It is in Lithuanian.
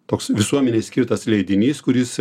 toks visuomenei skirtas leidinys kuris